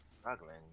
Struggling